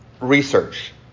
research